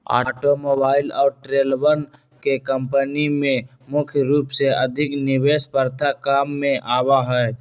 automobile और ट्रेलरवन के कम्पनी में मुख्य रूप से अधिक निवेश प्रथा काम में आवा हई